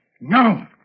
No